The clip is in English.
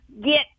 get